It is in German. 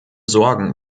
sorgen